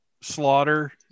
slaughter